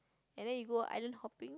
and then you go island hopping